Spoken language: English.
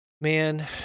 man